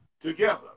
Together